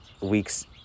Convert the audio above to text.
weeks